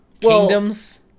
kingdoms